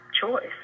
choice